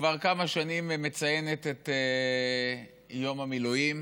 כבר כמה שנים מציינת את יום המילואים.